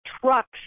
trucks